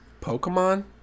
Pokemon